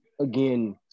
Again